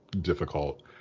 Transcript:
difficult